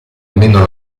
almeno